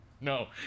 No